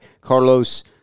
Carlos